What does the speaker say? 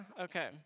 okay